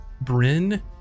Bryn